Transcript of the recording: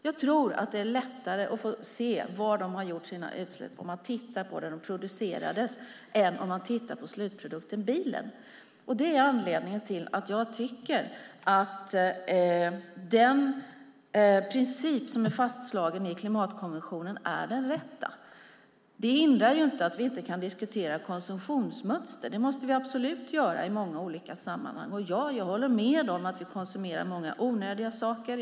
Jag tror att det är lättare att se var de har gjort sina utsläpp om man tittar på var den producerades än om man tittar på slutprodukten bilen. Det är anledningen till att jag tycker att den princip som är fastslagen i klimatkonventionen är den rätta. Det hindrar inte att vi kan diskutera konsumtionsmönster. Det måste vi absolut göra i många olika sammanhang. Jag håller med om att vi konsumerar många onödiga saker.